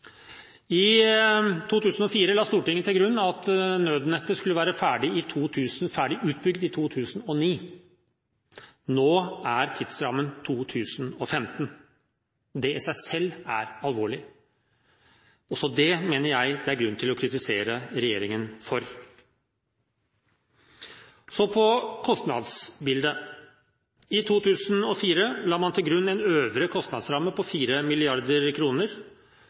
I 2004 la Stortinget til grunn at nødnettet skulle være ferdig utbygd i 2009. Nå er tidsrammen 2015. Det i seg selv er alvorlig, og også det mener jeg det er grunn til å kritisere regjeringen for. Så til kostnadsbildet. I 2004 la man til grunn en øvre kostnadsramme på